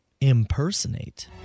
Impersonate